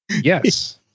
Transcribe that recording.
Yes